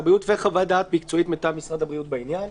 הבריאות וחוות דעת מקצועית מטעם משרד הבריאות בעניין".